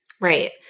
Right